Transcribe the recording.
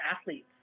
athletes